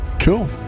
Cool